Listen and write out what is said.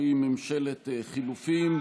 שהיא ממשלת חילופים,